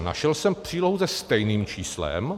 Našel jsem přílohu se stejným číslem.